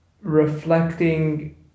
reflecting